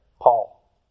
Paul